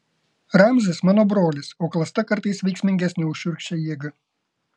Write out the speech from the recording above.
ramzis mano brolis o klasta kartais veiksmingesnė už šiurkščią jėgą